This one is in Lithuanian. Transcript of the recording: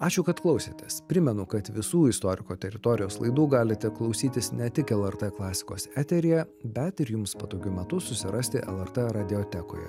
ačiū kad klausėtės primenu kad visų istoriko teritorijos laidų galite klausytis ne tik lrt klasikos eteryje bet ir jums patogiu metu susirasti lrt radiotekoje